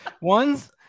ones